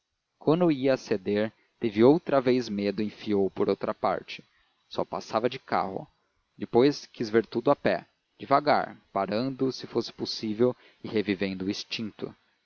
quando ia a ceder teve outra vez medo e enfiou por outra parte só passava de carro depois quis ver tudo a pé devagar parando se fosse possível e revivendo o extinto